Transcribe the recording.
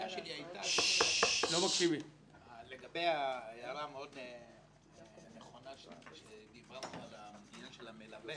התהייה שלי הייתה לגבי ההערה המאוד נכונה כשדיברנו על עניין המלווה